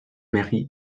mary